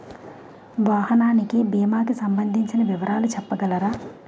వాహనానికి భీమా కి సంబందించిన వివరాలు చెప్పగలరా?